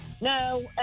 No